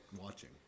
Watching